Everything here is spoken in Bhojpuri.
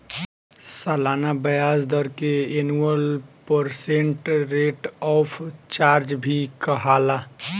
सलाना ब्याज दर के annual percent rate of charge भी कहाला